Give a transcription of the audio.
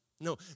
No